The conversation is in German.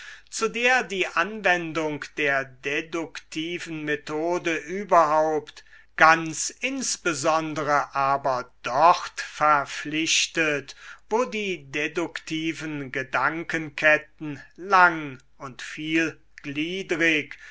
zu der die anwendung der deduktiven methode überhaupt ganz insbesondere aber dort verpflichtet wo die deduktiven gedankenketten lang und vielgliedrig